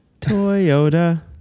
Toyota